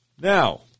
Now